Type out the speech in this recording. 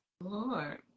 lord